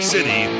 City